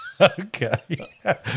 Okay